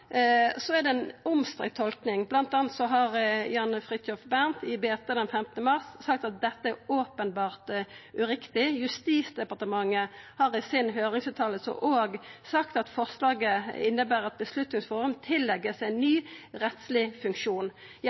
er det ei omstridt tolking, bl.a. har Jan Fridthjof Bernt i BT den 5. mars sagt at dette er «åpenbart uriktig». Justisdepartementet har i si høyringsfråsegn òg sagt at forslaget inneber at «Beslutningsforums avgjørelser tillegges en ny rettslig funksjon